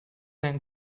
and